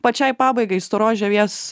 pačiai pabaigai storos žievės